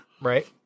Right